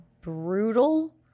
brutal